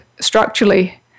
structurally